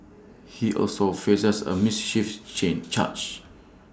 he also faces A miss chiefs change charge